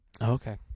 Okay